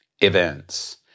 events